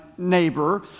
neighbor